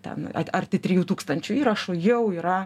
ten arti trijų tūkstančių įrašų jau yra